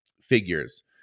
figures